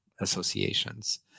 associations